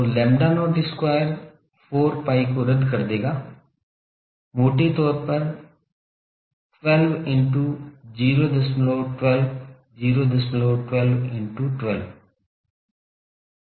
तो lambda not square 4 pi को रद्द कर देगा मोटे तौर पर 12 into 012 012 into 12